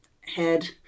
head